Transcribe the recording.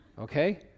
Okay